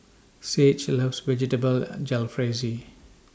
Sage loves Vegetable Jalfrezi